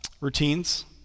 routines